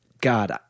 god